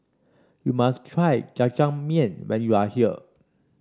you must try Jajangmyeon when you are here